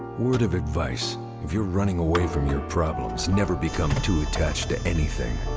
word of advice if you're running away from your problems, never become too attached to anything.